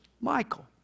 Michael